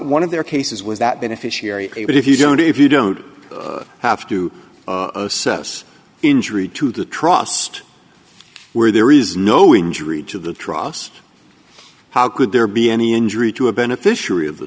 one of their cases was that beneficiary but if you don't if you don't have to assess injury to the trust where there is no injury to the trust how could there be any injury to a beneficiary of the